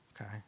okay